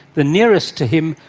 the nearest to him,